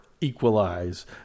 equalize